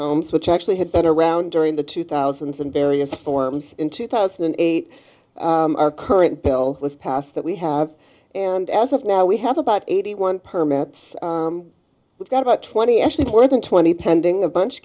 homes which actually had been around during the two thousand and various forms in two thousand and eight our current bill was passed that we have and as of now we have about eighty one permits we've got about twenty actually more than twenty pending a bunch of